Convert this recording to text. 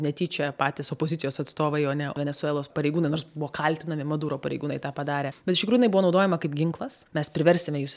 netyčia patys opozicijos atstovai o ne venesuelos pareigūnai nors buvo kaltinami maduro pareigūnai tą padarę bet iš tikrųjų jinai buvo naudojama kaip ginklas mes priversime jus